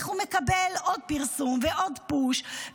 איך הוא מקבל עוד פרסום ועוד פוש,